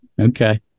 okay